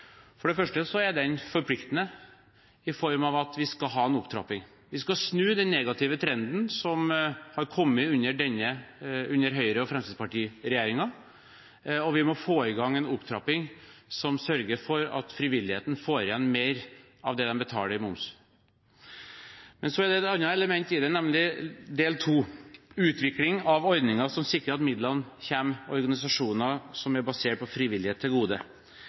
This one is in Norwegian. For det første er den forpliktende i form av at vi skal ha en opptrapping. Vi skal snu den negative trenden som har kommet under Høyre–Fremskrittsparti-regjeringen, og vi må få i gang en opptrapping som sørger for at frivilligheten får igjen mer av det den betaler i moms. Så er det et annet element i det, nemlig del 2, utvikling av ordningen som sikrer at midlene kommer organisasjoner som er basert på frivillighet, til gode.